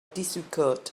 difficult